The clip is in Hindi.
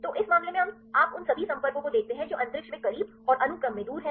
तो इस मामले में आप उन सभी संपर्कों को देखते हैं जो अंतरिक्ष में करीब और अनुक्रम में दूर हैं